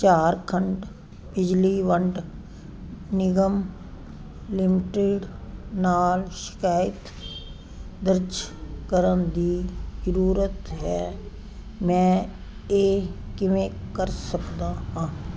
ਝਾਰਖੰਡ ਬਿਜਲੀ ਵੰਡ ਨਿਗਮ ਲਿਮਟਿਡ ਨਾਲ ਸ਼ਿਕਾਇਤ ਦਰਜ ਕਰਨ ਦੀ ਜ਼ਰੂਰਤ ਹੈ ਮੈਂ ਇਹ ਕਿਵੇਂ ਕਰ ਸਕਦਾ ਹਾਂ